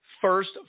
first